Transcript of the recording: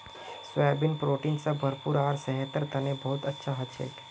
soybean protein स भरपूर आर सेहतेर तने बहुत अच्छा हछेक